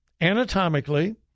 anatomically